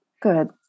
Good